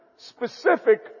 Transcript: Specific